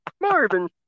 Marvin